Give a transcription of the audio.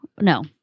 no